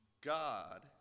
God